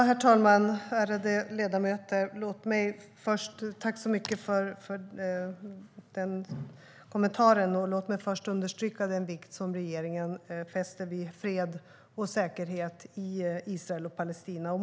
Herr talman! Ärade ledamöter! Tack så mycket för kommentaren! Låt mig först understryka den vikt som regeringen fäster vid fred och säkerhet i Israel och Palestina.